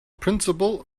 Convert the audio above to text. principle